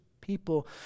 people